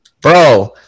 Bro